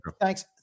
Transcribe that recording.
thanks